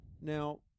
Now